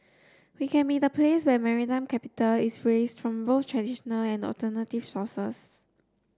we can be the place where maritime capital is raised from both traditional and alternative sources